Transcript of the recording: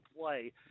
play